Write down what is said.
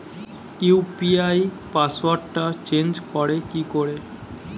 UPI পাসওয়ার্ডটা change করে কি করে?